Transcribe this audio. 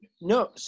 No